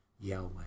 Yahweh